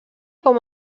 com